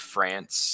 France